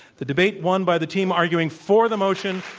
the debate won by the team arguing for the motion,